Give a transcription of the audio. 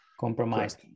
compromised